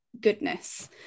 goodness